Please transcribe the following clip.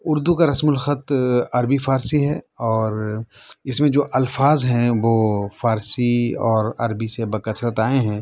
اردو کا رسم الخط عربی فارسی ہے اور اِس میں جو الفاظ ہیں وہ فارسی اور عربی سے بکثرت آئے ہیں